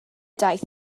daith